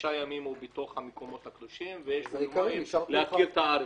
חמישה ימים הוא במקומות הקדושים ויש לו יומיים להכיר את הארץ.